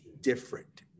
different